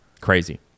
Crazy